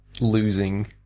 losing